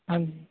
ਹਾਂਜੀ